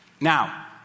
Now